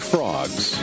Frogs